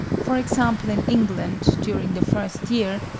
for example in england, during the first year,